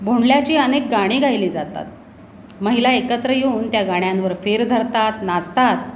भोंडल्याची अनेक गाणी गायली जातात महिला एकत्र येऊन त्या गाण्यांवर फेर धरतात नाचतात